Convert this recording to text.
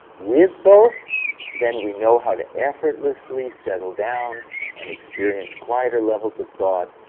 with both then we know how to effortlessly settle down and experience quieter levels of thought,